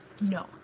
no